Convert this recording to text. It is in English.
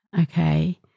Okay